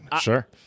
sure